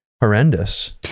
horrendous